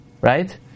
right